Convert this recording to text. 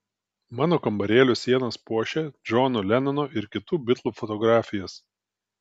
mano kambarėlio sienas puošia džono lenono ir kitų bitlų fotografijos